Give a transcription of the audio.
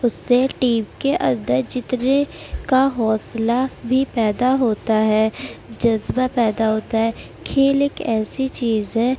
اس سے ٹیم کے اندر جیتنے کا حوصلہ بھی پیدا ہوتا ہے جذبہ پیدا ہوتا ہے کھیل ایک ایسی چیز ہے